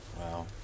Wow